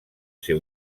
ser